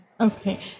Okay